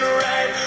right